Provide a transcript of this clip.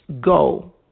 go